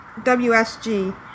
WSG